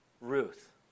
Ruth